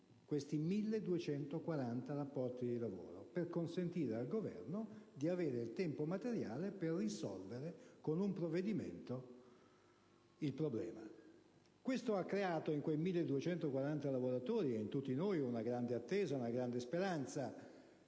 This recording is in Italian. questi 1.240 rapporti di lavoro per consentire al Governo di avere il tempo materiale per risolvere con un provvedimento il problema. Questo ha creato in quei 1.240 lavoratori e in tutti noi una grande attesa e speranza.